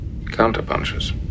Counterpunches